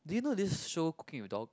did you know this show Cooking with Dog